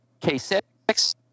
k6